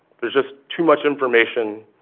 there's just too much information,